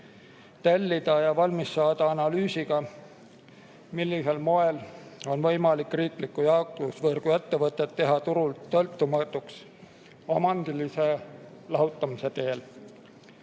augustiks valmis saada analüüsiga, millisel moel on võimalik riiklik jaotusvõrguettevõte teha turust sõltumatuks omandilise lahutamise teel.